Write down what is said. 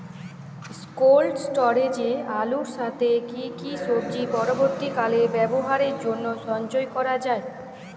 Cold স্টোরেজে আলুর সাথে কি কি সবজি পরবর্তীকালে ব্যবহারের জন্য সঞ্চয় করা যায়?